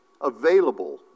available